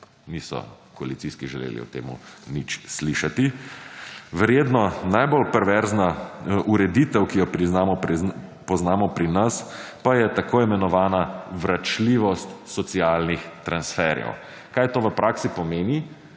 Niso koalicijski želeli o temu nič slišati. Verjetno najbolj perverzna ureditev, ki jo poznamo pri nas, pa je tako imenovana vračljivost socialnih transferjev. Kaj to v praksi pomeni,